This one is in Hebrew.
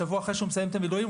שבוע אחרי שהוא מסיים את המילואים,